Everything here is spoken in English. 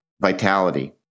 vitality